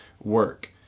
work